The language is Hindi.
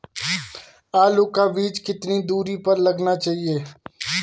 आलू का बीज कितनी दूरी पर लगाना चाहिए?